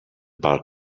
bark